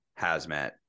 hazmat